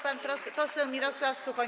Pan poseł Mirosław Suchoń.